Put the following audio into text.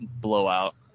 blowout